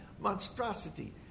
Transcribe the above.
monstrosity